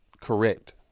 correct